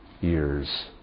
years